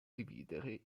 dividere